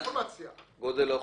מבחינת גודל האוכלוסייה,